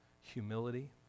humility